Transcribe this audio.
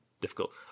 difficult